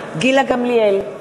בעד גילה גמליאל,